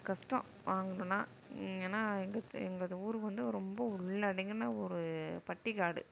கஷ்டம் வாங்கணும்னா ஏன்னா எங்கள் எங்கள் ஊர் வந்து ரொம்ப உள்ளடங்கின ஊர் பட்டிக்காடு